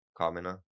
Kamina